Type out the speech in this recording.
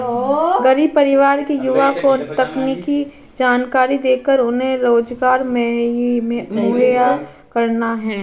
गरीब परिवार के युवा को तकनीकी जानकरी देकर उन्हें रोजगार मुहैया कराना है